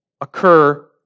occur